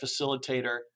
facilitator